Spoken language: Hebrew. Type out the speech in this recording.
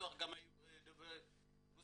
בטוח גם היו דוברי רוסית.